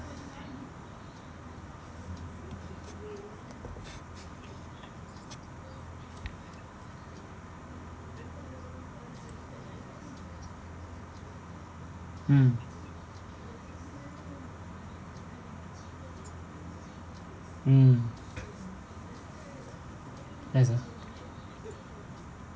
mm mm yes ah